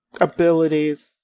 abilities